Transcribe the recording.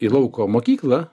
į lauko mokyklą